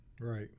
Right